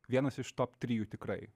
vienas iš top trijų tikrai